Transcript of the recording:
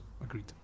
agreed